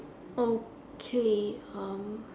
okay um